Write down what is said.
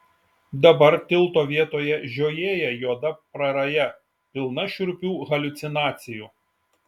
dabar tilto vietoje žiojėja juoda praraja pilna šiurpių haliucinacijų